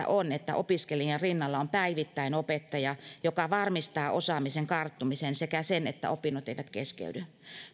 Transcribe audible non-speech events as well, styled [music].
[unintelligible] on että opiskelijan rinnalla on päivittäin opettaja joka varmistaa osaamisen karttumisen sekä sen että opinnot eivät keskeydy